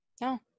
no